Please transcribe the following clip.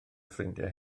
ffrindiau